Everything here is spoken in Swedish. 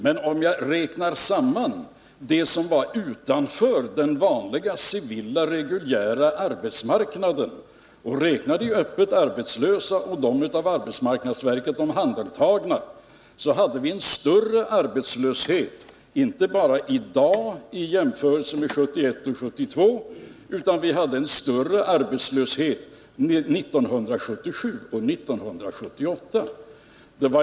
Men om jag räknar samman dem som stod utanför den vanliga civila reguljära arbetsmarknaden, de öppet arbetslösa och de av arbetsmarknadsverket omhändertagna har vi jämfört med 1971 och 1972 större arbetslöshet i dag och vi hade det även 1977 och 1978.